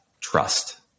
trust